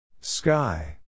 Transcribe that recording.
Sky